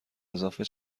اضافه